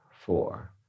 four